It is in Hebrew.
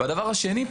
והדבר השני,